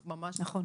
נכון.